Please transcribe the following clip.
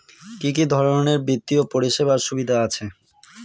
কি কি ধরনের বিত্তীয় পরিষেবার সুবিধা আছে?